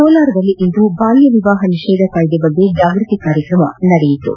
ಕೋಲಾರದಲ್ಲಿಂದು ಬಾಲ್ಜ ವಿವಾಹ ನಿಷೇಧ ಕಾಯ್ದೆಯ ಬಗ್ಗೆ ಜಾಗೃತಿ ಕಾರ್ಯಕ್ರಮ ನಡೆಯಿತು